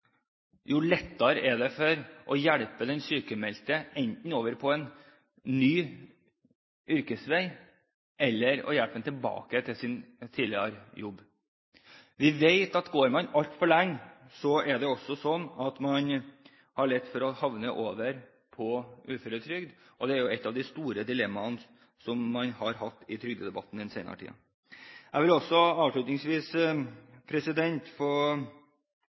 jo lettere er det å hjelpe den sykmeldte enten over på en ny yrkesvei eller tilbake til sin tidligere jobb. Vi vet at går man altfor lenge, er det slik at man har lett for å havne på uføretrygd. Og det er jo et av de store dilemmaene man har hatt i trygdedebatten i den senere tiden. Jeg vil også, avslutningsvis, få